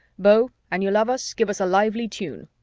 beau, and you love us, give us a lively tune.